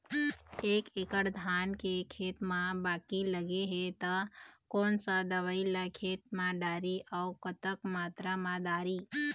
एक एकड़ धान के खेत मा बाकी लगे हे ता कोन सा दवई ला खेत मा डारी अऊ कतक मात्रा मा दारी?